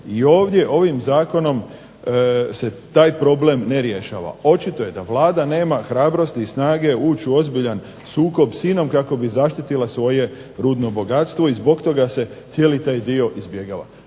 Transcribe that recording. i ovdje ovim zakonom se taj problem ne rješava. Očito je da Vlada nema hrabrosti i snage ući u ozbiljan sukob s INA-om kako bi zaštitila svoje rudno bogatstvo i zbog toga se cijeli taj dio izbjegava.